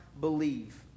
believe